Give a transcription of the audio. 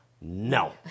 no